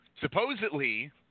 supposedly